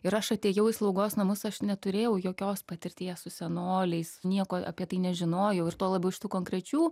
ir aš atėjau į slaugos namus aš neturėjau jokios patirties su senoliais nieko apie tai nežinojau ir tuo labiau šitų konkrečių